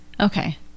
Okay